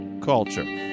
culture